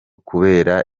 kubera